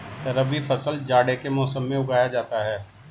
रबी फसल जाड़े के मौसम में उगाया जाता है